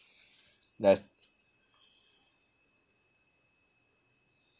li~